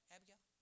Abigail